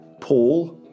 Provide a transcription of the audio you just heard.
Paul